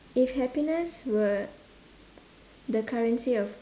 if happiness were the currency of